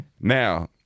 Now